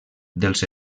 dels